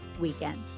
Weekend